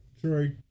True